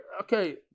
okay